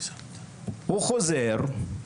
הוא חוזר,